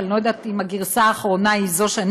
כי אני לא יודעת אם הגרסה האחרונה היא שקראתי,